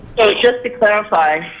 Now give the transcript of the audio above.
to clarify,